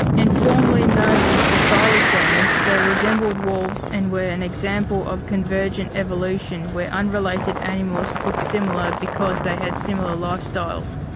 informally known as the thylacines, they resembled wolves and were an example of convergent evolution where unrelated animals look similar because they had similar lifestyles.